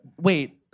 wait